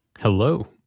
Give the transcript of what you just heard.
hello